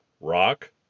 rock